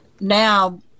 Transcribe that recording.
now